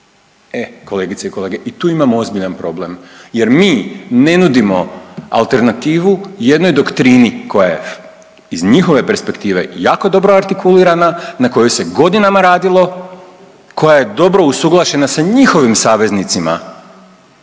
e kolegice i kolege i tu imamo ozbiljan problem jer mi ne nudimo alternativu jednoj doktrini koja je iz njihove perspektive jako dobro artikulirana, na kojoj se godinama radilo, koja je dobro usuglašena sa njihovim saveznicima,